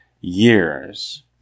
years